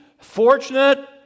fortunate